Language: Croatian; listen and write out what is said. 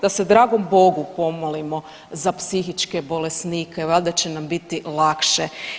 Da se dragom Bogu pomolimo za psihičke bolesnike valjda će nam biti lakše.